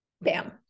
Bam